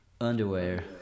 Underwear